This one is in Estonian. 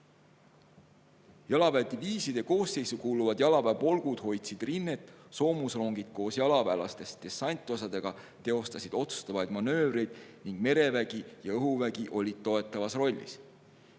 Jalaväediviiside koosseisu kuulunud jalaväepolgud hoidsid rinnet, soomusrongid koos jalaväelastest dessantosadega teostasid otsustavaid manöövreid ning merevägi ja õhuvägi olid toetavas rollis.